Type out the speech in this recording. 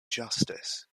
justice